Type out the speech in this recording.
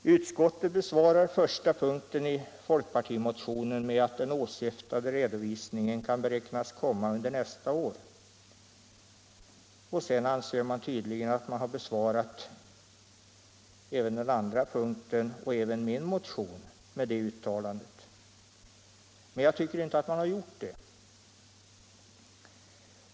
Utskottet besvarar den första punkten i folkpartimotionen med att den åsyftade redovisningen kan beräknas komma under nästa år. Sedan anser man tydligen att man har besvarat den andra punkten och även min motion med det uttalandet, men jag tycker inte att man har gjort det.